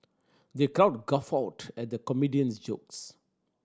the crowd guffawed at the comedian's jokes